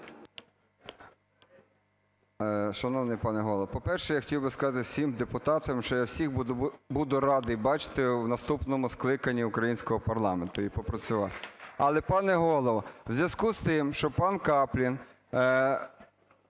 Шановний пане Голово, по-перше, я хотів би сказати всім депутатам, що я всіх буду радий бачити у наступному скликанні українського парламенту і попрацювати. Але, пане Голово, у зв'язку з тим, що пан Каплін…